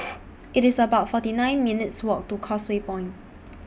It's about forty nine minutes' Walk to Causeway Point